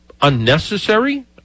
unnecessary